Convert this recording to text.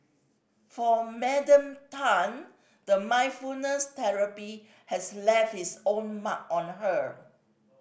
for Madam Tan the mindfulness therapy has left its mark on her